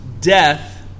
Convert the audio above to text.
death